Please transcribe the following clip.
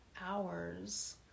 hours